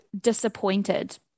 disappointed